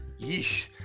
Yeesh